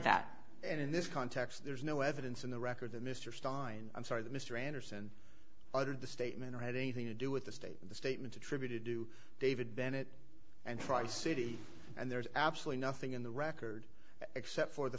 that in this context there is no evidence in the record that mr stein i'm sorry that mr anderson uttered the statement or had anything to do with the state of the statement attributed to david bennett and tri city and there is absolutely nothing in the record except for the